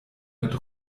mit